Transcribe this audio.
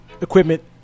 equipment